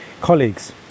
colleagues